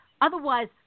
Otherwise